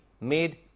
made